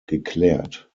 geklärt